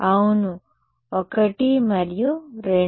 అవును 1 మరియు 2